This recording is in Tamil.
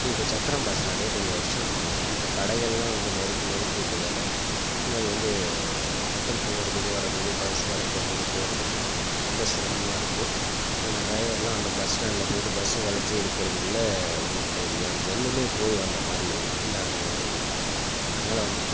இப்போ சத்திரம் பஸ் ஸ்டாண்டே கொஞ்சம் எக்ஸ்ட்டெண்ட் பண்ணலாம் இப்போ கடைகள்லாம் வந்து நெருக்கி நெருக்கி விட்டதால இங்கே அது வந்து மக்கள் போகறதுக்கு வரதுக்கு பஸ் வளைக்கிறதுக்கு போகறதுக்கு ரொம்ப சிரமமாக இருக்கு அந்த ட்ரைவர்லாம் அந்த பஸ் ஸ்டாண்ட்டில போய்விட்டு பஸ்ஸை வளைச்சு எடுக்கறதுக்குள்ளே ஒரு ஒரு அந்த ஜென்மமே போய் வந்த மாதிரி ஒரு ஃபீல்லாகுது அவர்களுக்குலாம் அதனால் வந்து